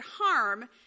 harm